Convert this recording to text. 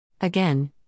Again